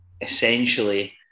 essentially